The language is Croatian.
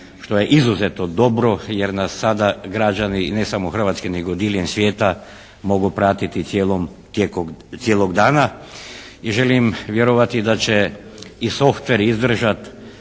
Što je izuzetno dobro jer nas sada građani, ne samo Hrvatske nego diljem svijeta, mogu pratiti tijekom cijelog dana. I želim vjerovati da će i software izdržat